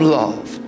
love